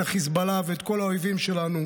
את חיזבאללה ואת כל האויבים שלנו,